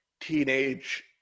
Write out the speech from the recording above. teenage